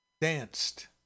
danced